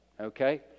Okay